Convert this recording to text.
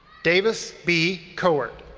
davis b. coert.